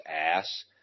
ass